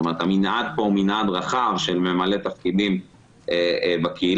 המנעד כאן הוא מנעד רחב שממלא תפקידים בקהילה.